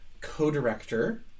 co-director